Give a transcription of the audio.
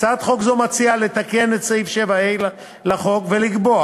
הצעת החוק הזו מציעה לתקן את סעיף 7ה לחוק ולקבוע